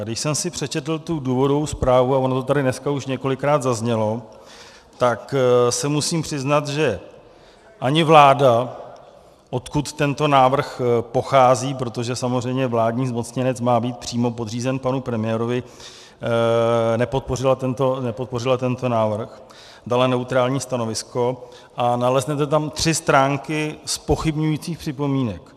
A když jsem si přečetl tu důvodovou zprávu, a ono to tady dneska už několikrát zaznělo, tak se musím přiznat, že ani vláda, odkud tento návrh pochází, protože samozřejmě vládní zmocněnec má být přímo podřízen panu premiérovi, nepodpořila tento návrh, dala neutrální stanovisko, a naleznete tam tři stránky zpochybňujících připomínek.